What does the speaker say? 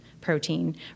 protein